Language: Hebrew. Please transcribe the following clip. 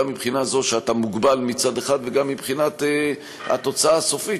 גם מבחינה זו שאתה מוגבל מצד אחד וגם מבחינת התוצאה הסופית,